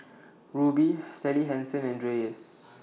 Rubi Sally Hansen and Dreyers